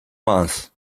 months